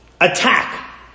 attack